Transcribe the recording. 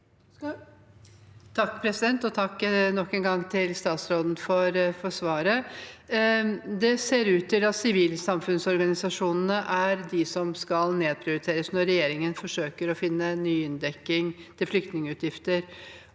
(H) Takk nok en gang til statsråden for svaret. Det ser ut til at sivilsamfunnsorganisasjonene er de som skal nedprioriteres når regjeringen forsøker å finne ny inndekning til flyktningutgifter.